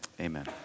amen